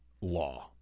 law